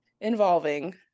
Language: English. involving